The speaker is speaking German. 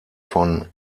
von